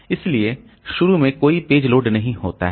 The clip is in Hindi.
इसलिए शुरू में कोई पेज लोड नहीं होता है